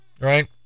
right